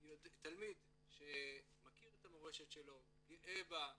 תלמיד שמכיר את המורשת שלו, גאה בה,